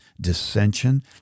dissension